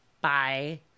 bye